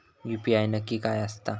UPI नक्की काय आसता?